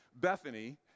Bethany